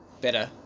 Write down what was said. better